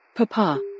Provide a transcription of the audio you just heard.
Papa